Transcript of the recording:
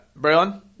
Braylon